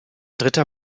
dritter